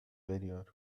veriyor